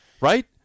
right